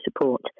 support